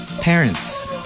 Parents